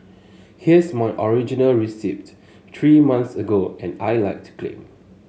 here's my original receipt three months ago and I'd like to claim